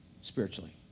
spiritually